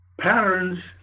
patterns